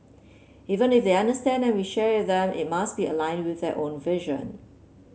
even if they understand and we share with them it must be aligned with their own vision